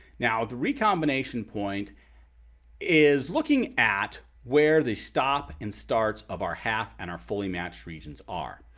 now the recombination point is looking at where the stopped and starts of our half and our fully matched regions are.